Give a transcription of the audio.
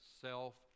self